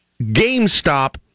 GameStop